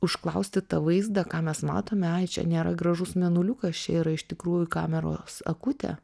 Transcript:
užklausti tą vaizdą ką mes matome ai čia nėra gražus mėnuliukas čia yra iš tikrųjų kameros akutė